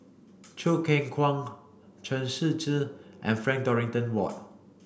Choo Keng Kwang Chen Shiji and Frank Dorrington Ward